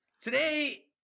today